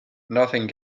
nothing